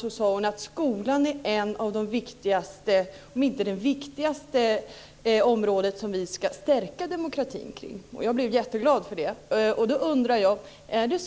Hon sade att skolan är ett av de viktigaste, om inte det viktigaste, områdena där vi ska stärka demokratin. Jag blev jätteglad för det. Nu undrar jag